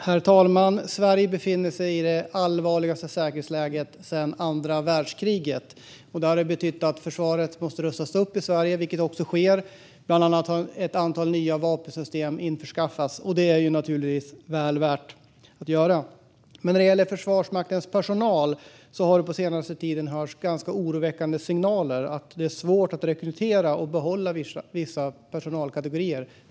Herr talman! Sverige befinner sig i det allvarligaste säkerhetsläget sedan andra världskriget. Det betyder att försvaret i Sverige måste rustas upp, vilket också sker. Bland annat har ett antal nya vapensystem införskaffats, och det är naturligtvis rätt sak att göra. Men när det gäller Försvarsmaktens personal har det på senare tid kommit ganska oroväckande signaler om att det är svårt att rekrytera och behålla vissa personalkategorier.